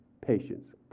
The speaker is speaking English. patience